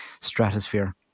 stratosphere